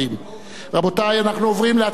אנחנו עוברים להצעת האי-אמון האחרונה,